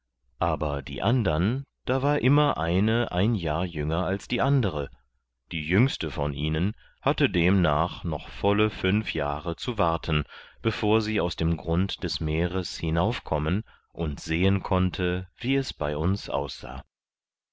aber die andern da war eine immer ein jahr jünger als die andere die jüngste von ihnen hatte demnach noch volle fünf jahre zu warten bevor sie aus dem grund des meeres hinauf kommen und sehen konnte wie es bei uns aussah